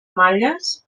malles